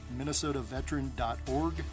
minnesotaveteran.org